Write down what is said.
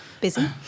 Busy